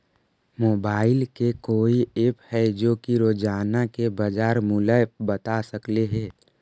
Mobile के कोइ app है जो कि रोजाना के बाजार मुलय बता सकले हे?